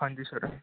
ਹਾਂਜੀ ਸਰ